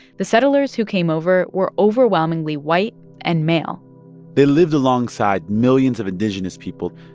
the settlers who came over were overwhelmingly white and male they lived alongside millions of indigenous people,